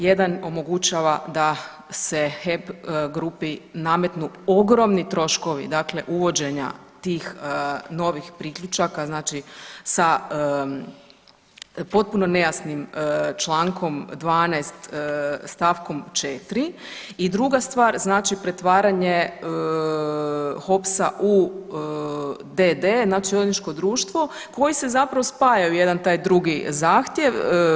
Jedan omogućava da se HEP grupi nametnu ogromni troškovi dakle uvođenja tih novih priključaka znači sa potpuno nejasnim Člankom 12. stavkom 4. i druga stvar znači pretvaranje HOPS-a u d.d., znači dioničko društvo koji se zapravo spajaju jedan taj drugi zahtjev.